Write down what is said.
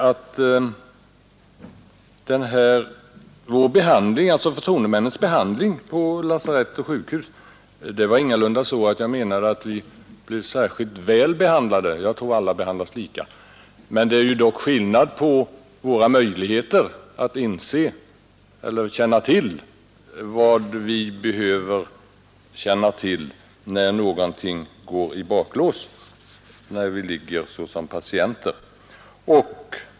Beträffande förtroendemännens behandling på lasarett och sjukhus menar jag ingalunda att vi blir särskilt väl behandlade. Jag tror att alla behandlas lika. Men det är i alla fall skillnad på våra möjligheter att känna till vad vi behöver känna till när något går i baklås då vi ligger som patienter.